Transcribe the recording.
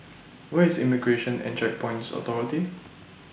Where IS Immigration and Checkpoints Authority